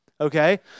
okay